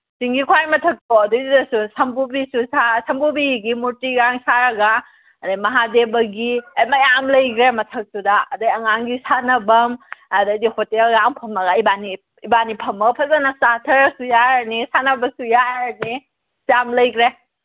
ꯆꯤꯡꯒꯤ ꯈ꯭ꯋꯥꯏ ꯃꯊꯛꯇꯣ ꯑꯗꯩꯗꯁꯨ ꯁꯝꯕꯨꯕꯤꯁꯨ ꯁꯥꯔ ꯁꯝꯕꯨꯕꯤꯒꯤ ꯃꯨꯔꯇꯤꯒ ꯁꯥꯔꯒ ꯑꯗꯒꯤ ꯃꯍꯥꯗꯦꯕꯒꯤ ꯃꯌꯥꯝ ꯂꯩꯈ꯭ꯔꯦ ꯃꯊꯛꯇꯨꯗ ꯑꯗꯒꯤ ꯑꯉꯥꯡꯒꯤ ꯁꯥꯟꯅꯕꯝ ꯑꯗꯩꯗꯤ ꯍꯣꯇꯦꯜ ꯌꯥꯝ ꯐꯝꯃꯒ ꯏꯕꯥꯟꯅꯤ ꯏꯕꯥꯟꯅꯤꯒꯤ ꯐꯝꯃꯒ ꯐꯖꯅ ꯆꯥꯊꯔꯁꯨ ꯌꯥꯔꯅꯤ ꯁꯥꯟꯅꯕꯁꯨ ꯌꯥꯔꯅꯤ ꯌꯥꯝ ꯂꯩꯈ꯭ꯔꯦ